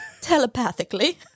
telepathically